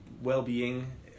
well-being